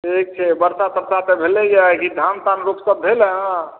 ठीक अछि बरसा तरसा तऽ भेलै हइ धान तान रोप सब भेल हइ